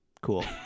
Cool